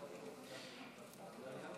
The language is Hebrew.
הצעת